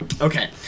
Okay